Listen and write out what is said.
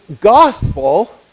Gospel